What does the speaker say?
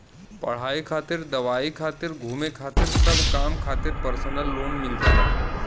पढ़ाई खातिर दवाई खातिर घुमे खातिर सब काम खातिर परसनल लोन मिल जाला